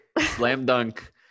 Slam-dunk